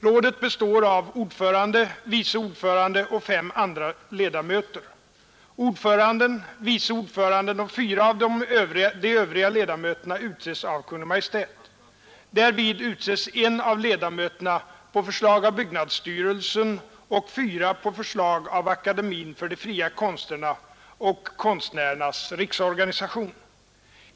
Rådet består av ordförande, vice ordförande och fem andra ledamöter. Ordföranden, vice ordföranden och fyra av de övriga ledamöterna utses av Kungl. Maj:t. Därvid utses en av ledamöterna på förslag av byggnadsstyrelsen och fyra på förslag av akademien för de fria konsterna och Konstnärernas riksorganisation.